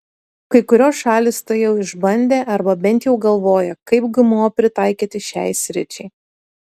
kai kurios šalys tai jau išbandė arba bet jau galvoja kaip gmo pritaikyti šiai sričiai